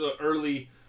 early